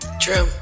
true